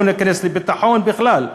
לא ניכנס לביטחון בכלל.